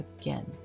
again